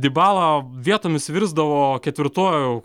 dibala vietomis virsdavo ketvirtuoju